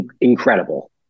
incredible